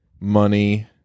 money